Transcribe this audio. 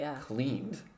cleaned